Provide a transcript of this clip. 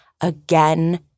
again